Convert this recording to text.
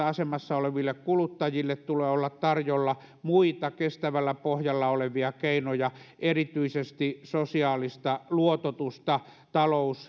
asemassa oleville kuluttajille tulee olla tarjolla muita kestävällä pohjalla olevia keinoja erityisesti sosiaalista luototusta